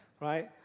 Right